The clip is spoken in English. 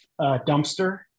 dumpster